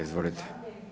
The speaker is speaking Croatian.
Izvolite.